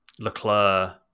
Leclerc